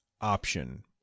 option